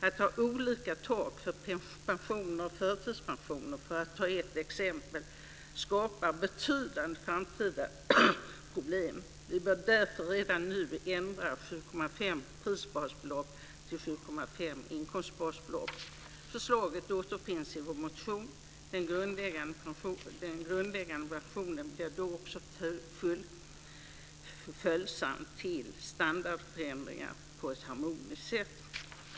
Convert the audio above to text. Att ha olika tak för pensioner och förtidspensioner, för att ta ett exempel, skapar betydande framtida problem. Vi bör därför redan nu ändra systemet, så att det gäller 7,5 prisbasbelopp i stället för 7,5 inkomstbasbelopp. Förslaget återfinns i vår motion. Den grundläggande pensionen blir då också följsam i förhållande till standardförändringar på ett harmoniskt sätt.